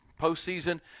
postseason